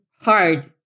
hard